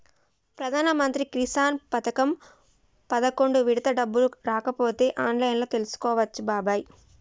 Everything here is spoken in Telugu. ప్రధానమంత్రి కిసాన్ పథకం పదకొండు విడత డబ్బులు రాకపోతే ఆన్లైన్లో తెలుసుకోవచ్చు బాబాయి